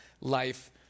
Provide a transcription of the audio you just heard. life